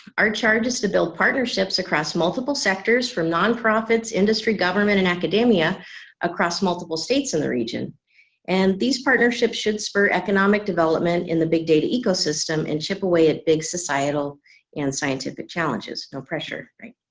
our charge is to build partnerships across multiple sectors from nonprofits industry government and academia across multiple states in the region and these partnerships should spur economic development in the big data ecosystem and chip away at big societal and scientific challenges, no pressure right.